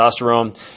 testosterone